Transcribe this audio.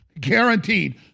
guaranteed